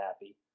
happy